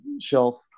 shelf